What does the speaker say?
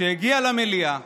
שהגיע למליאה,